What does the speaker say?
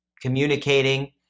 communicating